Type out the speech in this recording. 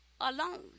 alone